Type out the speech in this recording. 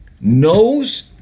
knows